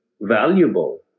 valuable